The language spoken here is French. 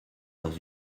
dans